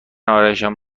آرایشم